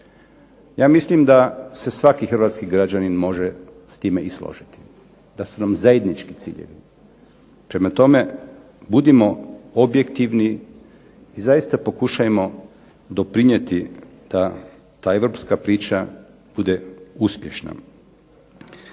Ja mislim da se svaki hrvatski građanin može s time i složiti, da su nam zajednički ciljevi, prema tome budimo objektivni i zaista pokušajmo doprinijeti da ta europska priča bude uspješna.